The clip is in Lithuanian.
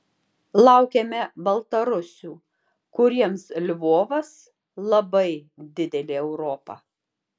laukiame baltarusių kuriems lvovas labai didelė europa